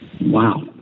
Wow